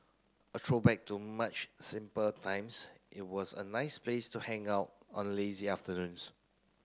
a throwback to much simple times it was a nice place to hang out on lazy afternoons